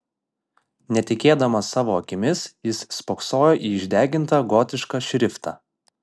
netikėdamas savo akimis jis spoksojo į išdegintą gotišką šriftą